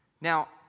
Now